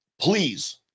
Please